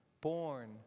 born